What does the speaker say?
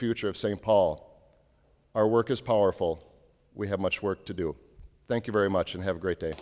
future of st paul our work is powerful we have much work to do thank you very much and have a great day